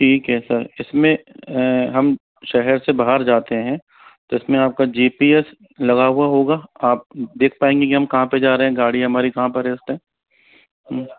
ठीक है सर इसमें हम शहर से बाहर जाते हैं तो इसमें आपका जी पी एस लगा हुआ होगा आप देख पाएंगे की हम कहाँ पर जा रहे हैं गाड़ी हमारी कहाँ पर है उस टाइम